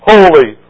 Holy